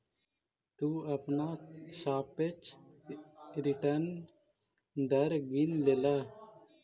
तु अपना सापेक्ष रिटर्न दर गिन लेलह